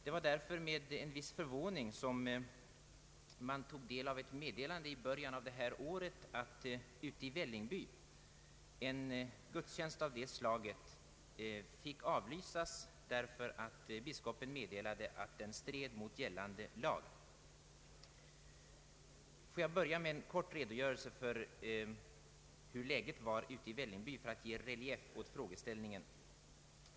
Det var därför med en viss förvåning som man tog del av ett meddelande i början av detta år, att ute i Vällingby en gudstjänst av det slaget fick avlysas därför att biskopen meddelat att den stred mot gällande lag. Får jag börja med en kort redogörelse beträffande läget ute i Vällingby för att ge relief åt frågeställningen.